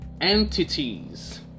entities